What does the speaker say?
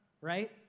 right